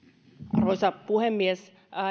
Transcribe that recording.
arvoisa puhemies